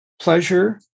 pleasure